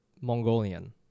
Mongolian